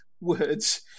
Words